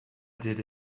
did